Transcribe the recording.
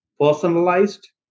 personalized